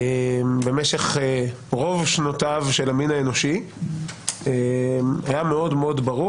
במשך רוב שנותיו של המין האנושי היה מאוד ברור